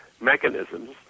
mechanisms